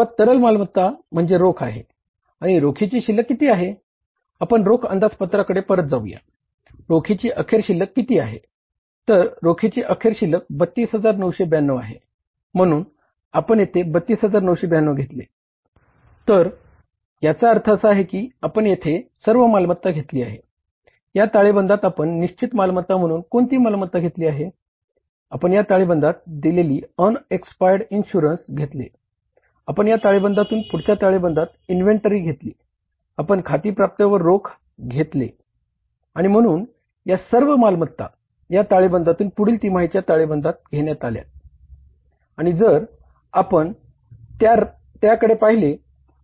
आणि म्हणून या सर्व मालमत्ता या ताळेबंदातून पुढील तिमाहीच्या ताळेबंदात घेण्यात आल्या आहेत आणि जर आपण त्याकडे पाहिले